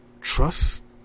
trust